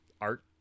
art